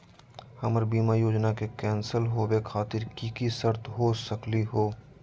हमर बीमा योजना के कैन्सल होवे खातिर कि कि शर्त हो सकली हो?